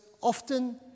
often